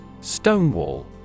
Stonewall